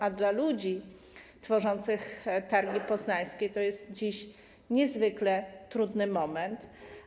A dla ludzi tworzących Targi Poznańskie to jest dziś niezwykle trudny moment.